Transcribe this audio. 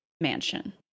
mansion